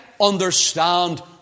understand